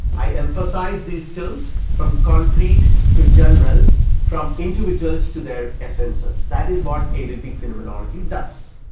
i emphasize these terms from concrete to general from individuals to their essences that is what eidetic phenomenology does